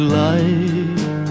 life